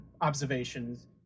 observations